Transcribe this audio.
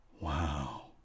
Wow